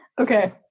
Okay